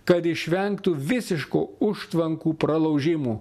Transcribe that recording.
kad išvengtų visiško užtvankų pralaužimų